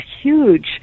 huge